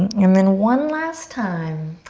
and then one last time,